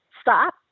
stop